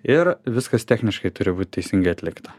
ir viskas techniškai turi būt teisingai atlikta